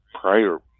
prior